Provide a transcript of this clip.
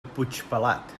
puigpelat